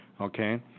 Okay